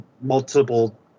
multiple